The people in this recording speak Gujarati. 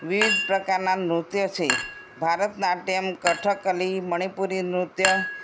વિવિધ પ્રકારના નૃત્ય છે ભરતનાટ્યમ કથકલી મણિપુરી નૃત્ય